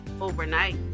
overnight